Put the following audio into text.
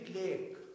lake